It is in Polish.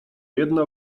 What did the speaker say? jedna